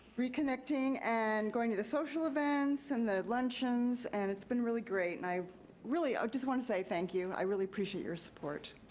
reconnecting and going to the social events, and the luncheons, and it's been really great, and i really, i just wanna say thank you. i really appreciate your support.